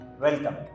Welcome